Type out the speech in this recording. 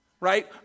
Right